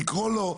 לקרוא לו,